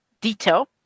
detail